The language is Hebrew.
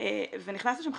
ונכנסנו לשם,